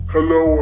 Hello